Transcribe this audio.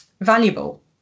valuable